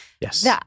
yes